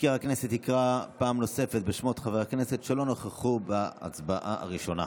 מזכיר הכנסת יקרא פעם נוספות בשמות חברי הכנסת שלא נכחו בהצבעה הראשונה.